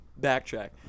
backtrack